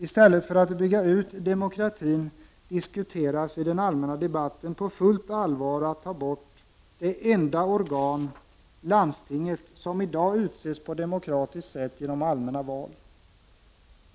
I stället för att bygga ut demokratin diskuteras i den allmänna debatten på fullt allvar förslaget att ta bort det enda organ, landstinget, som i dag utses på demokratiskt sätt genom allmänna val.